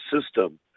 system